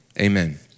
Amen